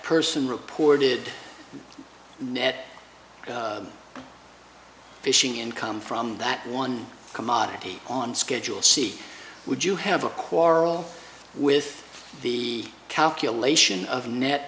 person reported net fishing income from that one commodity on schedule c would you have a quarrel with the calculation of net